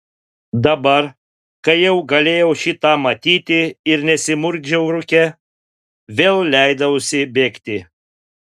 dabar kai jau galėjau šį tą matyti ir nesimurkdžiau rūke vėl leidausi bėgti